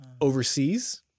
overseas